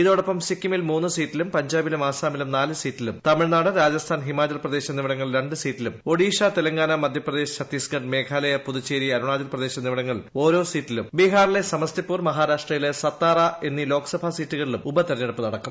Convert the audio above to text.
ഇതോടൊപ്പം സിക്കിമിൽ മൂന്ന് സീറ്റിലും പഞ്ചാബിലും ആസാമിലും നാല് സീറ്റിലും തമിഴ്നാട് രാജസ്ഥാൻ ഹിമാചൽപ്രദേശ് എന്നിവിടങ്ങളിൽ രണ്ട് സീറ്റിലും ഒഡീഷ തെലങ്കാന മധ്യപ്രദേശ് ഛത്തീസ്ഗഡ് മേഘാലയ പുതുച്ചേരി അരുണാചൽപ്രദേശ് എന്നിവിടങ്ങളിൽ ഓരോ സീറ്റിലും ബ്ലീഹാറിലെ സമസ്തിപൂർ മഹാരാഷ്ട്രയിലെ സത്താറാ എന്നീട് ല്ലോക്സഭാ സീറ്റുകളിലും ഉപതിരഞ്ഞെടുപ്പ് നടക്കും